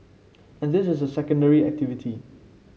and this is a secondary activity